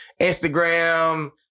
Instagram